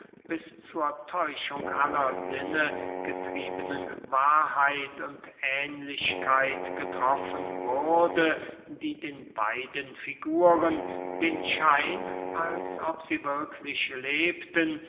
bis zur täuschung aller sinne getriebenen wahrheit und ähnlichkeit getroffen wurde die den beiden figuren den schein als ob sie wirklich lebten